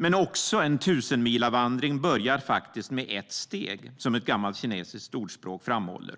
Men också en tusenmilavandring börjar faktiskt med ett steg, som ett gammalt kinesiskt ordspråk framhåller.